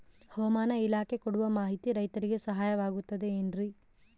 ಹವಮಾನ ಇಲಾಖೆ ಕೊಡುವ ಮಾಹಿತಿ ರೈತರಿಗೆ ಸಹಾಯವಾಗುತ್ತದೆ ಏನ್ರಿ?